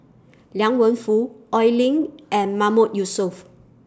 Liang Wenfu Oi Lin and Mahmood Yusof